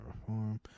reform